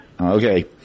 Okay